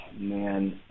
man